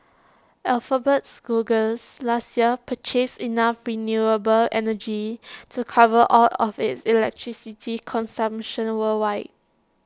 alphabet's Googles last year purchased enough renewable energy to cover all of its electricity consumption worldwide